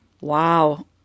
Wow